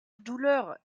douleur